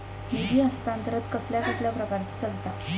निधी हस्तांतरण कसल्या कसल्या प्रकारे चलता?